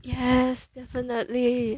yes definitely